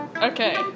okay